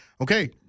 okay